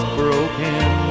broken